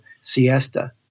siesta